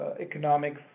economics